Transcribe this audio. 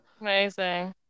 Amazing